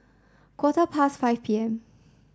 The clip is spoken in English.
quarter past five P M